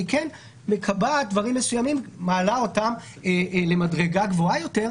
אבל היא כן מקבעת דברים מסוימים ובעצם מעלה אותם למדרגה גבוהה יותר.